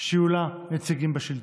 שיהיו לה נציגים בשלטון.